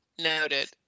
Noted